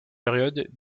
période